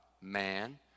man